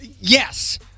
Yes